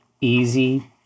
easy